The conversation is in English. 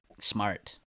smart